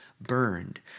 burned